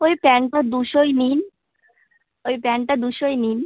ওই প্যান্টটা দুশোই নিন ওই প্যান্টটা দুশোই নিন